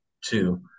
two